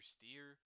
Steer